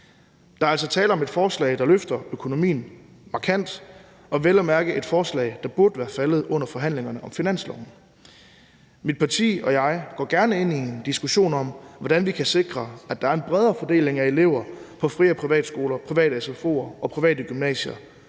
Der er altså tale om et forslag, der løfter økonomien markant, og vel at mærke et forslag, der burde være faldet under forhandlingerne om finansloven. Mit parti og jeg går gerne ind i en diskussion om, hvordan vi kan sikre, at der er en bredere fordeling af elever på fri- og privatskoler, i private sfo'er og på private gymnasier.